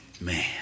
Man